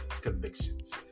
convictions